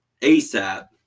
ASAP